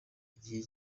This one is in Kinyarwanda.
igihe